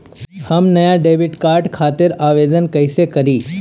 हम नया debit card खातिर आवेदन कईसे करी?